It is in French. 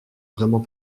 vraiment